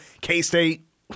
K-State